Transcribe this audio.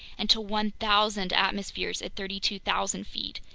and to one thousand atmospheres at thirty two thousand feet,